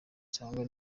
cyangwa